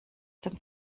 dem